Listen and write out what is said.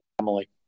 Emily